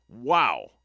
Wow